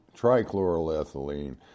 trichloroethylene